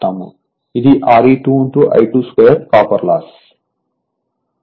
ఇది Re2 I22 copper loss